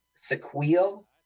sequel